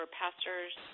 pastors